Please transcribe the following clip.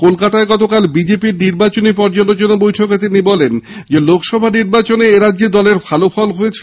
কলকাতায় গতকাল বিজেপি র নির্বাচনী পর্যালোচনা বৈঠকে তিনি বলেন লোকসভা নির্বাচনে এরাজ্যে দলের ভাল ফল হয়েছে